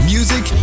Music